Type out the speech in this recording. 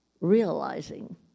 realizing